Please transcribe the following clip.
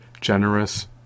generous